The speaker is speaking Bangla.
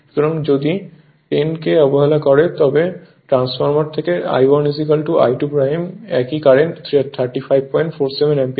সুতরাং যদি I0 কে অবহেলা করে তবে ট্রান্সফরমার থেকে I1 I2 একই কারেন্ট 3547 অ্যাম্পিয়ার